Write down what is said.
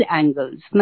angles